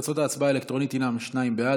תוצאות ההצבעה האלקטרונית הן שניים בעד,